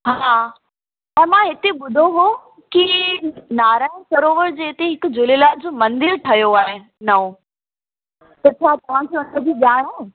हा पर मां हिते ॿुधो हुओ की नारायण सरोवर जे हिते हिकु झूलेलाल जो मंदरु ठहियो आहे नओं त छा तव्हांखे उन जी ॼाण आहे